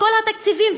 כל התקציבים,